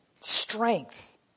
Strength